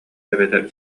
эбэтэр